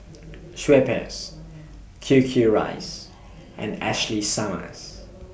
Schweppes Q Q Rice and Ashley Summers